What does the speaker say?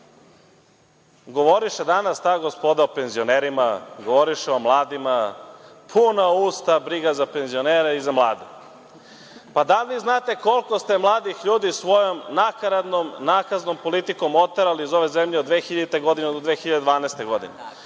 Srbije. Govoriše danas ta gospoda o penzionerima, govoriše o mladima. Puna usta brige za penzionere i za mlade. Pa, da li znate koliko ste mladih ljudi svojom nakaradnom, nakaznom politikom oterali iz ove zemlje od 2000. godine do 2012.